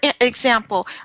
example